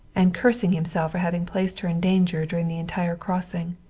and cursing himself for having placed her in danger during the entire crossing.